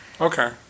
okay